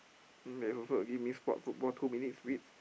there's also a spot football two minutes reads